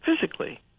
physically